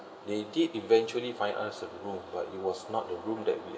they did eventually find us a room but it was not the room that we